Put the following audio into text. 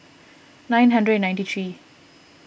nine hundred ninety three